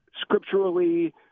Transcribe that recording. scripturally